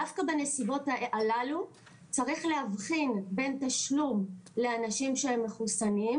דווקא בנסיבות הללו צריך להבחין בין תשלום לאנשים שהם מחוסנים,